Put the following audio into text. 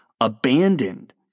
abandoned